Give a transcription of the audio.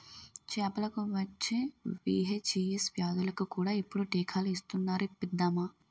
చేపలకు వచ్చే వీ.హెచ్.ఈ.ఎస్ వ్యాధులకు కూడా ఇప్పుడు టీకాలు ఇస్తునారు ఇప్పిద్దామా